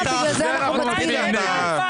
--- רבותיי, אני באמצע הצבעה.